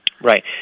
Right